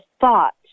thought